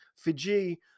Fiji